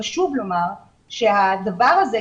חשוב לומר שהדבר הזה,